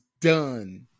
done